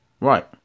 Right